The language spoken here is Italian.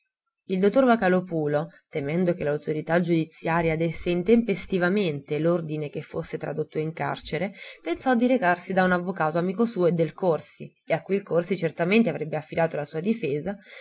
il dottor vocalòpulo temendo che l'autorità giudiziaria desse intempestivamente l'ordine che fosse tradotto in carcere pensò di recarsi da un avvocato amico suo e del corsi e a cui il corsi certamente avrebbe affidato la sua difesa